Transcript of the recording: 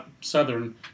Southern